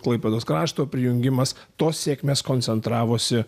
klaipėdos krašto prijungimas tos sėkmės koncentravosi